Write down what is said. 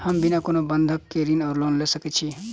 हम बिना कोनो बंधक केँ ऋण वा लोन लऽ सकै छी?